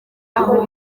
aho